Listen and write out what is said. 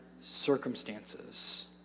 circumstances